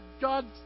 God